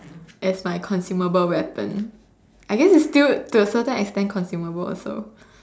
as my consumable weapon I guess it's still to a certain extent consumable also